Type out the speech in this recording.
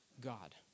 God